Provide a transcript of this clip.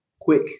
quick